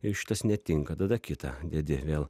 ir šitas netinka tada kita dedi vėl